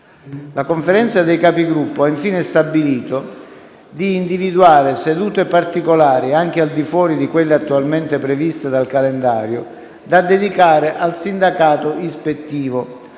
La Conferenza dei Capigruppo ha infine stabilito di individuare sedute particolari, anche al di fuori di quelle attualmente previste dal calendario, da dedicare al sindacato ispettivo.